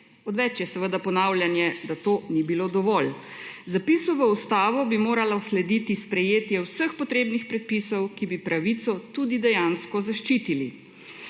Odveč je seveda ponavljanje, da to ni bilo dovolj. Zapisu v ustavo bi morala slediti sprejetje vseh potrebnih predpisov, ki bi pravico tudi dejansko zaščitili.